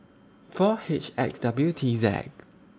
four H X W T Z